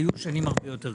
היו שנים הרבה יותר קשות.